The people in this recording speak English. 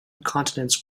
continents